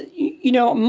you you know,